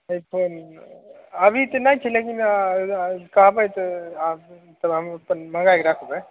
आइ phone अभी तऽ नहि छै लेकिन कहबै तऽ आब तब हम अपन मंगाए रखबै